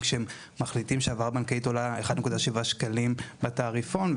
כשהם מחליטים שהעברה בנקאית עולה 1.7 שקלים בתעריפון.